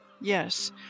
Yes